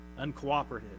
uncooperative